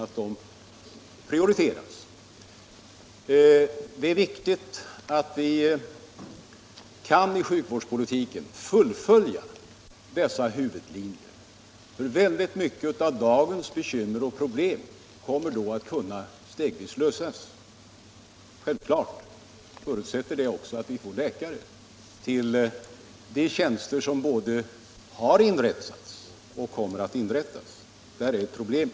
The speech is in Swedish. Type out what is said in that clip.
Kan vi fullfölja dessa huvudlinjer i sjukvårdspolitiken kommer mycket av dagens bekymmer och problem att kunna lösas. Självklart förutsätter detta att vi också får tillgång till läkare till de tjänster som har inrättats och som kommer att inrättas.